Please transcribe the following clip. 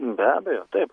be abejo taip